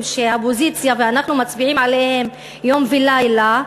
שהאופוזיציה ואנחנו מצביעים עליהם יום ולילה,